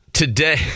Today